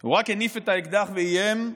הוא רק הניף את האקדח ואיים,